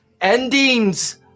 Endings